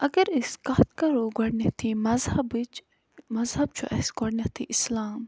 اَگر أسۍ کَتھ کَرَو گۄڈٕنٮ۪تھٕے مذہبٕچ مذہب چھُ اَسہِ گۄڈٕنٮ۪تھٕے اِسلام